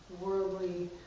worldly